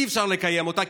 אי-אפשר לקיים אותה,